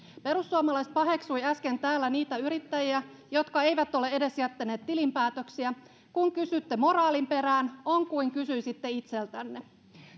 perussuomalaiset paheksuivat äsken täällä niitä yrittäjiä jotka eivät ole edes jättäneet tilinpäätöksiä kun kysytte moraalin perään on kuin kysyisitte itseltänne